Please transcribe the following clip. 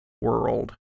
world